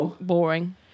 boring